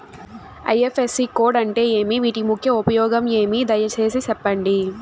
IFSC code అంటే ఏమి? వీటి ముఖ్య ఉపయోగం ఏమి? దయసేసి సెప్పండి?